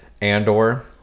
Andor